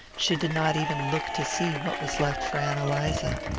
she did not even look to see what was left for ann eliza.